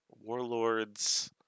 Warlords